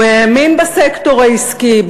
הוא האמין בסקטור העסקי,